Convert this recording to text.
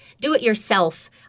do-it-yourself